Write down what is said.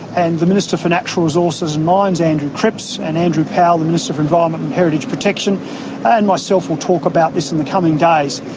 and the minister for natural resources and mines andrew cripps and andrew powell the minister for environment and heritage protection and myself will talk about this in the coming days.